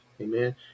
amen